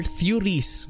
theories